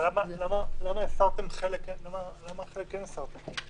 אבל למה חלק כן הסרתם?